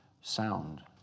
sound